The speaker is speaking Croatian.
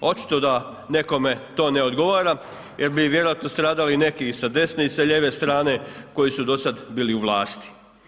Očito da nekome to ne odgovara jer bi vjerojatno stradali neki i sa desne i sa lijeve strane koji su do sada bili u vlasti.